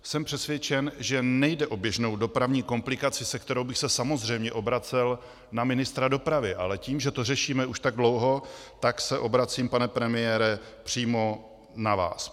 Jsem přesvědčen, že nejde o běžnou dopravní komplikaci, se kterou bych se samozřejmě obracel na ministra dopravy, ale tím, že to řešíme už tak dlouho, tak se obracím, pane premiére, přímo na vás.